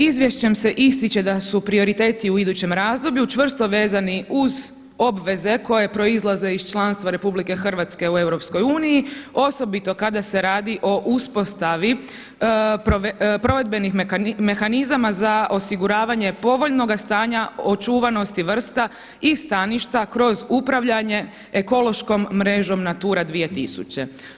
Izvješćem se ističe da su prioriteti u idućem razdoblju čvrsto vezani uz obveze koje proizlaze iz članstva RH u EU osobito kada se radi o uspostavi provedbenih mehanizama za osiguravanje povoljnoga stanja očuvanosti vrsta i staništa kroz upravljanje ekološkom mrežom Natura 2000.